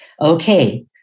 Okay